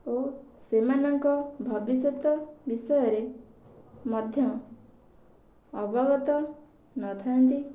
ଓ ସେମାନଙ୍କ ଭବିଷ୍ୟତ ବିଷୟରେ ମଧ୍ୟ ଅବଗତ ନଥାନ୍ତି